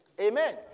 Amen